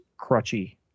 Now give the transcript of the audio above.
crutchy